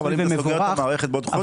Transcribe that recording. -- אבל אם אתה סוגר את המערכת בעוד חודש,